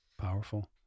Powerful